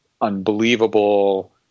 unbelievable